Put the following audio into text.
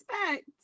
expect